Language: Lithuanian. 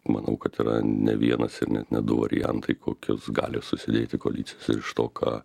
manau kad yra ne vienas ir net ne du variantai kokios gali susidėti koalicijos ir iš to ką